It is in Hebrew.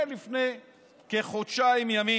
זה לפני כחודשיים ימים.